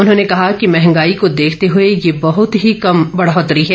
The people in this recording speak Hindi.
उन्होंने कहा कि महंगाई को देखते हुए यह बहुत ही कम बढ़ोतरी है